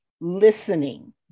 listening